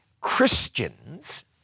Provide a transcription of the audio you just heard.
Christians